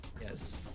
Yes